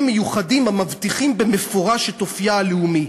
מיוחדים המבטיחים במפורש את אופייה הלאומי,